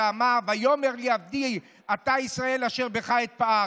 ואמר ויאמר לי עבדי אתה ישראל אשר בך אתפאר".